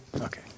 Okay